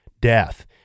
death